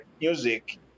music